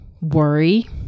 worry